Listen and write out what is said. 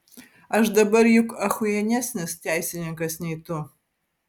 aš dabar juk achujienesnis teisininkas nei tu